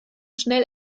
schnell